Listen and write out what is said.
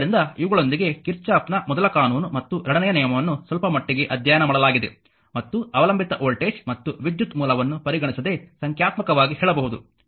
ಆದ್ದರಿಂದ ಇವುಗಳೊಂದಿಗೆ ಕಿರ್ಚಾಫ್ನ ಮೊದಲ ಕಾನೂನು ಮತ್ತು ಎರಡನೆಯ ನಿಯಮವನ್ನು ಸ್ವಲ್ಪಮಟ್ಟಿಗೆ ಅಧ್ಯಯನ ಮಾಡಲಾಗಿದೆ ಮತ್ತು ಅವಲಂಬಿತ ವೋಲ್ಟೇಜ್ ಮತ್ತು ವಿದ್ಯುತ್ ಮೂಲವನ್ನು ಪರಿಗಣಿಸದೆ ಸಂಖ್ಯಾತ್ಮಕವಾಗಿ ಹೇಳಬಹುದು